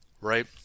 right